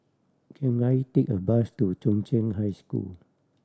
can I take a bus to Chung Cheng High School